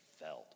felt